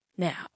Now